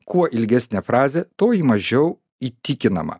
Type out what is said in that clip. kuo ilgesnė frazė toji mažiau įtikinama